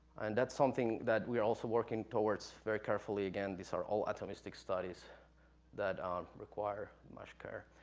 and that's something that we're also working towards very carefully, again, these are all optimistic studies that um require much care.